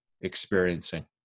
experiencing